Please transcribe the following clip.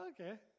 Okay